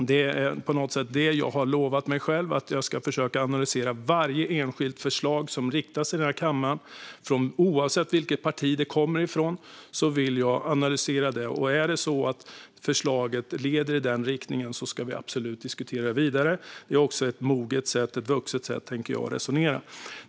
Jag har på något sätt lovat mig själv att jag ska försöka analysera varje enskilt förslag som läggs fram i den här kammaren, oavsett från vilket parti det kommer. Om förslaget leder i den riktningen ska vi absolut diskutera det vidare. Jag tänker att det också är ett moget och vuxet sätt att resonera.